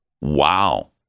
Wow